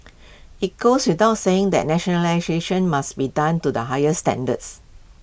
IT goes without saying that nationalisation must be done to the highest standards